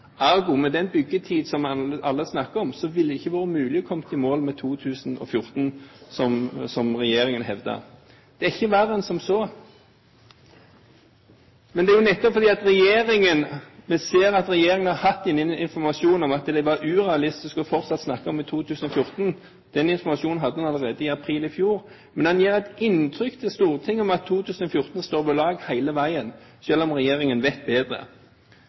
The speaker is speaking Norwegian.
2014. Med den byggetiden alle snakker om, ville det ikke vært mulig å komme i mål i 2014, som regjeringen hevder. Det er ikke verre enn som så. Men det er jo nettopp det vi ser, at regjeringen har hatt informasjon om at det var urealistisk fortsatt å snakke om 2014. Den informasjonen hadde en allerede i april i fjor. Men en gir hele veien Stortinget et inntrykk av at 2014 står ved lag, selv om regjeringen vet bedre.